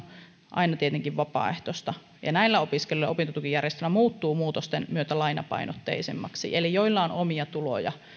aina tietenkin vapaaehtoista näillä opiskelijoilla opintotukijärjestelmä muuttuu muutosten myötä lainapainotteisemmaksi eli niillä joilla on omia tuloja